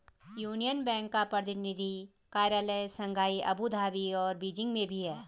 union Bank का प्रतिनिधि कार्यालय शंघाई अबू धाबी और बीजिंग में भी है